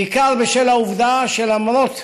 בעיקר בשל העובדה שלמרות